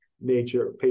nature